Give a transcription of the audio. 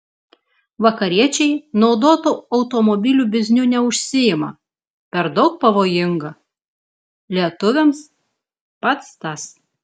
vakariečiai naudotų automobilių bizniu neužsiima per daug pavojinga lietuviams pats tas